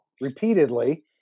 repeatedly